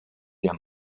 der